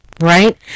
right